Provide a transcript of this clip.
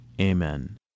Amen